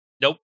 Nope